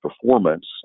performance